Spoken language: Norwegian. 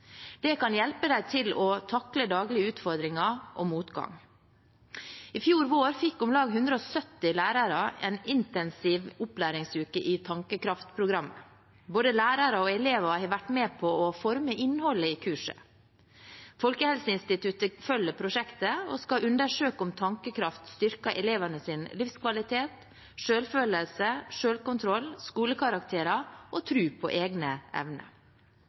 Det kan hjelpe dem til å takle daglige utfordringer og motgang. I fjor vår fikk om lag 170 lærere en intensiv opplæringsuke i Tankekraft-programmet. Både lærere og elever har vært med på å forme innholdet i kurset. Folkehelseinstituttet følger prosjektet, og skal undersøke om Tankekraft styrker elevenes livskvalitet, selvfølelse, selvkontroll, skolekarakterer og tro på egne